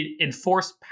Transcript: enforce